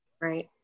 Right